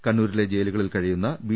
കണ്ണൂരിലെ ജയിലുകളിൽ കഴിയുന്ന ബി